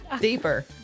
Deeper